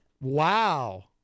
Wow